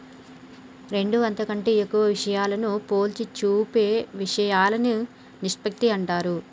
రెండు అంతకంటే ఎక్కువ విషయాలను పోల్చి చూపే ఇషయాలను నిష్పత్తి అంటారు